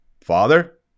father